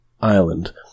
island